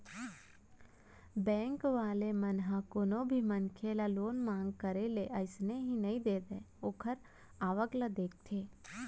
bank वाले मन ह कोनो भी मनसे के लोन मांग करे ले अइसने ही नइ दे ओखर आवक ल देखथे